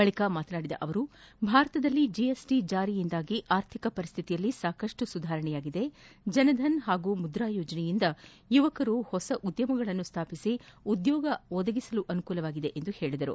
ಬಳಿಕ ಮಾತನಾಡಿದ ಅವರು ಭಾರತದಲ್ಲಿ ಜಿಎಸ್ಟಿ ಜಾರಿಯಿಂದಾಗಿ ಆರ್ಥಿಕ ಪರಿಸ್ಥತಿಯಲ್ಲಿ ಸಾಕಷ್ಟು ಸುಧಾರಣೆಯಾಗಿದೆ ಜನಧನ್ ಮುದ್ರಾ ಯೋಜನೆಯಿಂದ ಯುವಕರು ಹೊಸ ಉದ್ಯಮಗಳನ್ನು ಸ್ವಾಪಿಸಿ ಉದ್ಯೋಗ ಒದಗಿಸಲು ಅನುಕೂಲವಾಗಿದೆ ಎಂದು ಹೇಳಿದರು